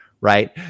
right